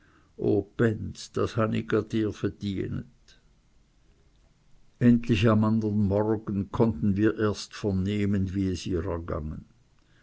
dir verdienet endlich am andern morgen konnten wir erst vernehmen wie es ihr ergangen